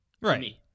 Right